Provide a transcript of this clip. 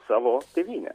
savo tėvynę